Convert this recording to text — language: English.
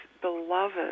beloved